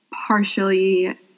partially